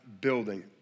building